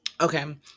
Okay